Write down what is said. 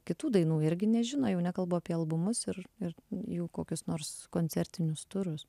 kitų dainų irgi nežino jau nekalbu apie albumus ir ir jų kokius nors koncertinius turus